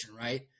right